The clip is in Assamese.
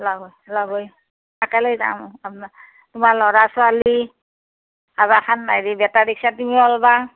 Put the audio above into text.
ওলাবই ওলাবই একেলগে যাম তোমাৰ ল'ৰা ছোৱালী চাবাখান তুমিও ওলাবা